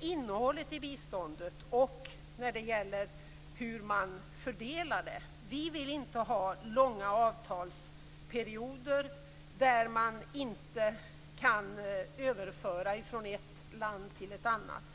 innehållet i biståndet och när det gäller hur medlen fördelas. Vi vill inte ha långa avtalsperioder där man inte kan överföra pengar från ett land till ett annat.